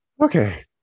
Okay